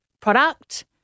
product